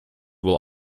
will